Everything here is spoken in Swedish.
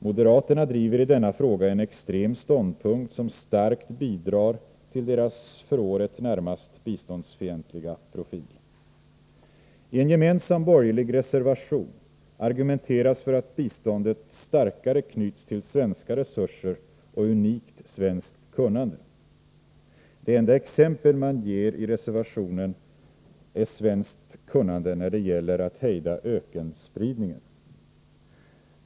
Moderaterna driver i denna fråga en extrem ståndpunkt, som starkt bidrar till deras för året närmast biståndsfientliga profil. I en gemensam borgerlig reservation argumenteras för att biståndet starkare knyts till svenska resurser och unikt svenskt kunnande. Det enda exempel man ger i reservationen är svenskt kunnande när det gäller att hejda ökenspridningen.